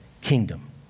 kingdom